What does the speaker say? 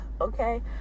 okay